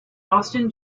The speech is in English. austin